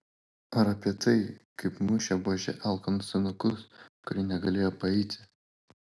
ar apie tai kaip mušė buože alkanus senukus kurie negalėjo paeiti